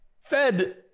fed